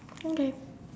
okay